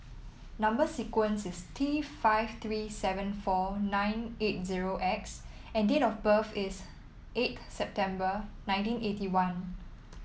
number sequence is T five three seven four nine eight zero X and date of birth is eight September nineteen eighty one